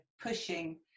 pushing